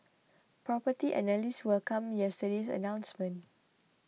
Property Analysts welcomed yesterday's announcement